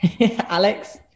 alex